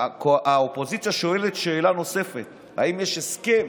האופוזיציה שואלת שאלה נוספת: האם יש הסכם